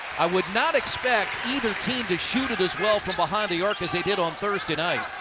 i would not expect either team to shoot it as well from behind the arc as they did on thursday night.